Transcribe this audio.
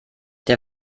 der